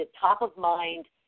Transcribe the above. top-of-mind